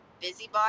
busybody